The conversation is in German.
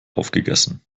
aufgegessen